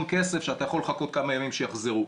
כסף שאתה יכול לחכות כמה ימים שיחזרו.